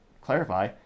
clarify